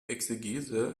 exegese